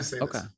Okay